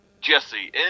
Jesse